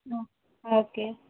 okay